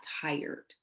tired